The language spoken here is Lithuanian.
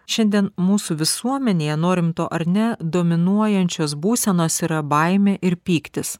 šiandien mūsų visuomenėje norime to ar ne dominuojančios būsenos yra baimė ir pyktis